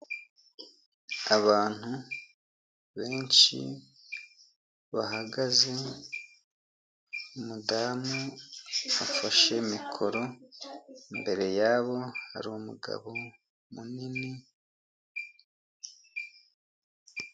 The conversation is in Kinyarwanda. Abantu benshi bahagaze umudamu afashe mikoro imbere yabo hari umugabo munini.